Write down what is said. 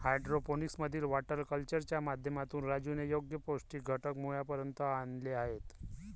hydroponics मधील water कल्चरच्या माध्यमातून राजूने योग्य पौष्टिक घटक मुळापर्यंत आणले आहेत